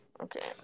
Okay